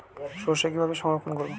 সরষে কিভাবে সংরক্ষণ করব?